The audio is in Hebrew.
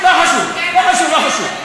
לא חשוב, לא חשוב, לא חשוב.